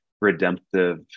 redemptive